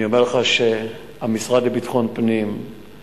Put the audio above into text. אני אומר לך שהמשרד לביטחון פנים,